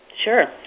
Sure